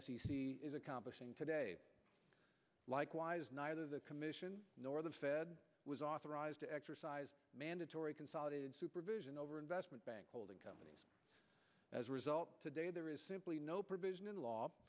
c is accomplishing today likewise neither the commission nor the fed was authorized to exercise mandatory consolidated supervision over investment bank holding companies as a result today there is simply no provision in